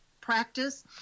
practice